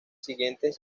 siguientes